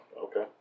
okay